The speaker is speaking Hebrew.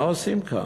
מה עושים כאן?